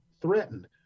threatened